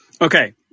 Okay